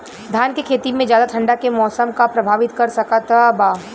धान के खेती में ज्यादा ठंडा के मौसम का प्रभावित कर सकता बा?